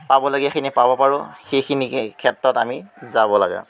পাবলগীয়াখিনি পাব পাৰোঁ সেইখিনি ক্ষেত্ৰত আমি যাব লাগে